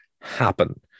happen